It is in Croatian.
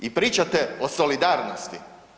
I pričate o solidarnosti.